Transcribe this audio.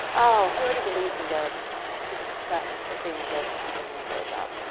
oh, he already believes in ghosts. he's obsessed with being a ghost hunter when he grows up.